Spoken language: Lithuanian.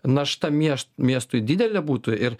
našta miešt miestui didelė būtų ir